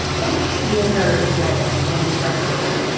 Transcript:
and the answer is that it's going to spread quickly.